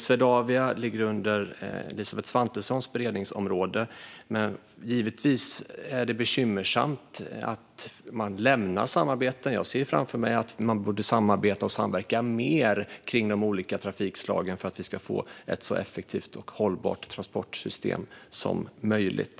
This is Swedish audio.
Swedavia ligger inom Elisabeth Svantessons beredningsområde, men givetvis är det bekymmersamt att man lämnar samarbeten. Jag ser framför mig mer samarbete och samverkan kring de olika trafikslagen för att vi ska få ett så effektivt och hållbart transportsystem som möjligt.